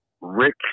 Rick